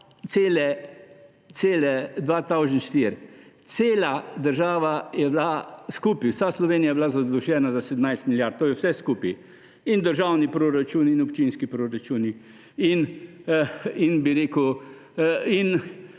leta 2004, cela država je bila, skupaj, vsa Slovenija je bila zadolžena za 17 milijard, to je vse skupaj – državni proračun in občinski proračuni in